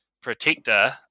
protector